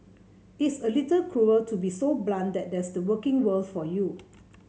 it's a little cruel to be so blunt but that's the working world for you